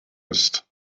ist